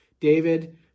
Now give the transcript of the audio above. David